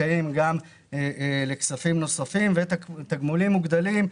זכאים לכספים נוספים ותגמולים מוגדלים,